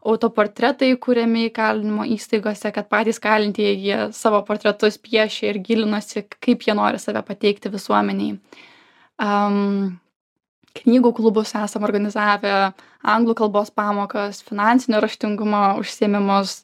autoportretai kuriami įkalinimo įstaigose kad patys kalintieji jie savo portretus piešė ir gilinosi kaip jie nori save pateikti visuomenei am knygų klubus esam organizavę anglų kalbos pamokas finansinio raštingumo užsiėmimus